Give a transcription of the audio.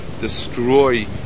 destroy